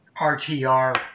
RTR